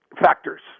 factors